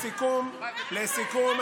לסיכום,